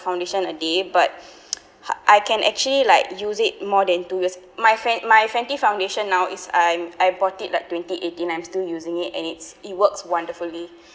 foundation a day but I can actually like use it more than two years my fen~ my Fenty foundation now is I'm I bought it like twenty eighteen I'm still using it and it's it works wonderfully